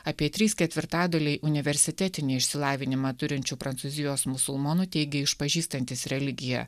apie trys ketvirtadaliai universitetinį išsilavinimą turinčių prancūzijos musulmonų teigia išpažįstantys religiją